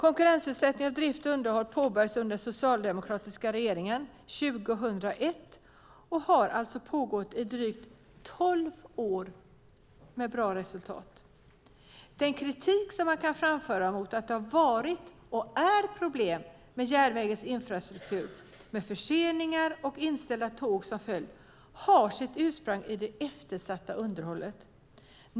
Konkurrensutsättning av drift och underhåll påbörjades under den socialdemokratiska regeringen 2001 och har alltså pågått i drygt tolv år med bra resultat. Den kritik som man kan framföra mot att det varit och är problem med järnvägens infrastruktur med förseningar och inställda tåg som följd har sitt ursprung i det eftersatta underhållet.